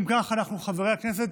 אם כך, חברי הכנסת,